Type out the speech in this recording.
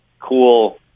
cool